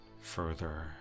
further